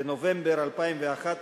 בנובמבר 2011,